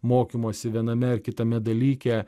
mokymosi viename ar kitame dalyke